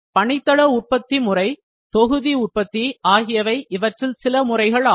பணித்தள உற்பத்தி மற்றும் தொகுதி உற்பத்தி ஆகியவை இவற்றில் சில முறைகள் ஆகும்